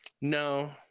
No